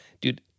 dude